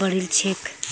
बढ़िलछेक